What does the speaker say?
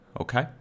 okay